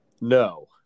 No